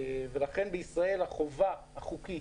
ולכן, בישראל החובה החוקית